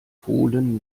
fohlen